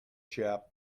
chap